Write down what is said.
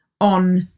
on